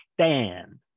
stand